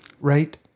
right